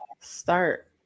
start